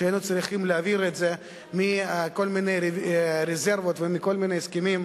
שהיינו צריכים להעביר את זה מכל מיני רזרבות ומכל מיני הסכמים,